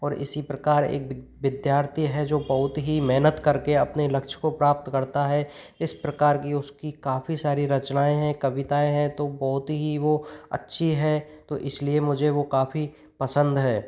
और इसी प्रकार एक विद्यार्थी है जो बहुत ही मेहनत करके अपने लक्ष्य को प्राप्त करता है इस प्रकार की उसकी काफ़ी सारी रचनाएँ हैं कविताएँ हैं तो बहुत ही वो अच्छी है तो इसलिए मुझे वो काफ़ी पसंद है